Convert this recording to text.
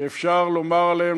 שאפשר לומר עליהם,